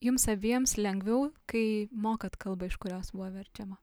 jums abiems lengviau kai mokat kalbą iš kurios buvo verčiama taip